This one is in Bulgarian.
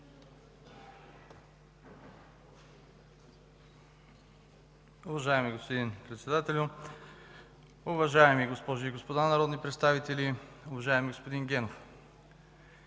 Уважаеми господин Председател, уважаеми дами и господа народни представители, уважаеми господин Бинев!